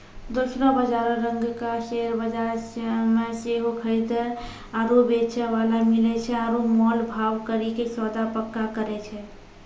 दोसरो बजारो रंगका शेयर बजार मे सेहो खरीदे आरु बेचै बाला मिलै छै आरु मोल भाव करि के सौदा पक्का करै छै